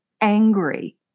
angry